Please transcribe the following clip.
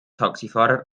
taxifahrer